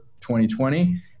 2020